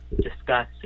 discuss